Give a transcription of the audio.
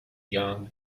young